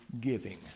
giving